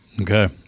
Okay